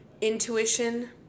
intuition